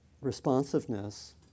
responsiveness